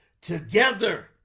together